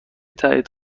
تایید